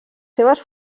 seves